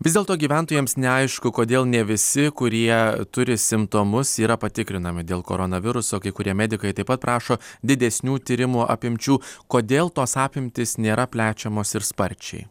vis dėlto gyventojams neaišku kodėl ne visi kurie turi simptomus yra patikrinami dėl koronaviruso kai kurie medikai taip pat prašo didesnių tyrimų apimčių kodėl tos apimtys nėra plečiamos ir sparčiai